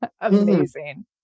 Amazing